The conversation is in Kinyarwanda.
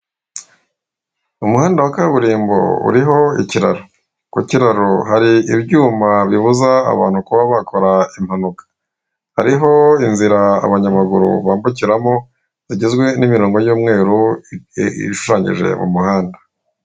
Umuhanda wa kaburimbo uriho ikiraro, ku kiraro hari ibyuma bibuza abantu kuba bakora impanuka, hariho inzira abanyamaguru bambukiramo, igizwe n'imironko y'umweru ishushanyije mu muhanda.